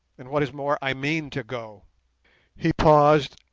and, what is more, i mean to go he paused,